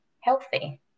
healthy